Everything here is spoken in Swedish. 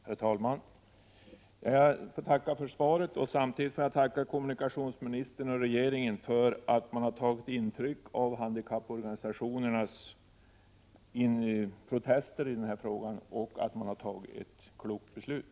Herr talman! Jag tackar för svaret. Samtidigt vill jag också framföra ett tack till kommunikationsministern och regeringen för att man har tagit intryck av handikapporganisationernas protester i denna fråga och för att man har fattat ett klokt beslut.